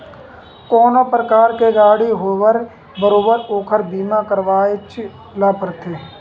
कोनो परकार के गाड़ी होवय बरोबर ओखर बीमा करवायच ल परथे